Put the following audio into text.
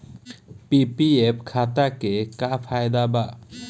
PPF खाता के का फायदा बा?